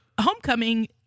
Homecoming